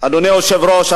אדוני היושב-ראש,